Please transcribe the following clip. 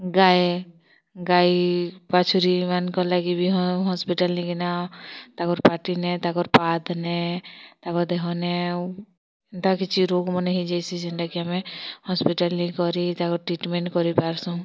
ଗାଏ ଗାଈ ବାଛୁରୀ ମାନକ୍ ଲାଗି ବି ହଁ ହସ୍ପିଟାଲ୍ ନେଇକିନା ତାକର୍ ପାଟିନେ ତାକ ପାତନେ ତାକ ଦେହନେ ଏନ୍ତା ଆମେ କିଛି ରୋଗ୍ ମନେ ହେଇ ଯାଇସି ଯେନଟା କି ଆମେ ହସ୍ପିଟାଲ୍ ଲେଇ କରି ତାକ ଟ୍ରିଟ୍ମେଣ୍ଟ୍ କରିପାରସୁ